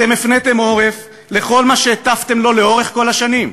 אתם הפניתם עורף לכל מה שהטפתם לו לאורך כל השנים,